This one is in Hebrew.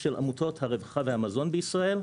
של עמותות הרווחה והמזון בישראל,